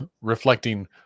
reflecting